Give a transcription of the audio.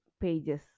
pages